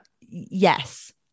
yes